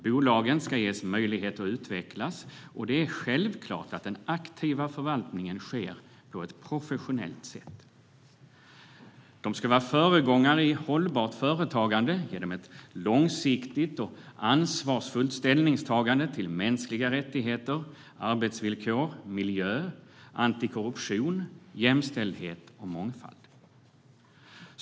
Bolagen ska ges möjlighet att utvecklas, och det är självklart att den aktiva förvaltningen sker på ett professionellt sätt. De ska vara föregångare i hållbart företagande genom ett långsiktigt och ansvarsfullt ställningstagande till mänskliga rättigheter, arbetsvillkor, miljö, antikorruption, jämställdhet och mångfald.